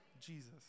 Jesus